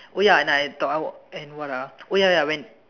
oh ya and I thought and what ah oh ya ya when